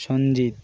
Sanjit